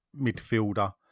midfielder